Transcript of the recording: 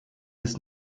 ist